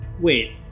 Wait